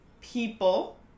people